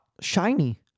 shiny